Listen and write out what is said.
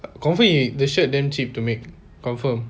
confirm the shirt damn cheap to make confirm